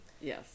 Yes